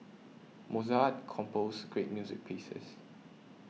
Mozart composed great music pieces